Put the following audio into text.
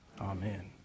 Amen